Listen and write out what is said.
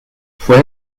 fue